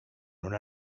una